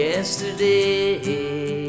Yesterday